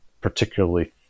particularly